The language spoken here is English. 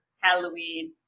halloween